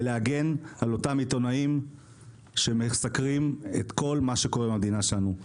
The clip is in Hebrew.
ולהגן על אותם עיתונאים שמסקרים את כל מה שקורה במדינה שלנו.